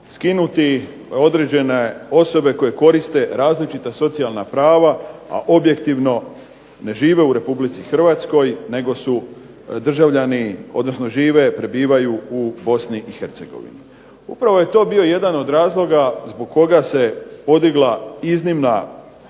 skinuti određene osobe koje koriste različita socijalna prava, a objektivno ne žive u Republici Hrvatskoj nego su državljani, odnosno žive, prebivaju u Bosni i Hercegovini. Upravo je to bio jedan od razloga zbog koga se podigla iznimna